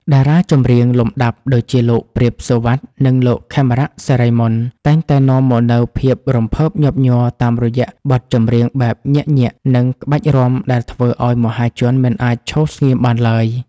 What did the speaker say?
តារាចម្រៀងលំដាប់ដូចជា លោក ព្រាប សុវត្ថិ និងលោក ខេមរៈ សិរីមន្ត តែងតែនាំមកនូវភាពរំភើបញាប់ញ័រតាមរយៈបទចម្រៀងបែបញាក់ៗ និងក្បាច់រាំដែលធ្វើឱ្យមហាជនមិនអាចឈរស្ងៀមបានឡើយ។